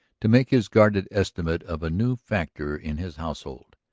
to make his guarded estimate of a new factor in his household.